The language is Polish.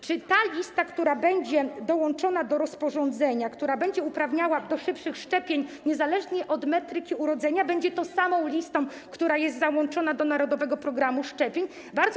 Czy ta lista, która będzie dołączona do rozporządzenia, która będzie uprawniała do szybszych szczepień niezależnie od metryki, będzie tą samą listą, która jest załączona do narodowego programu szczepień?